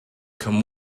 come